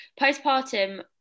postpartum